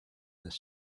this